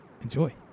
enjoy